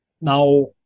Now